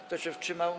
Kto się wstrzymał?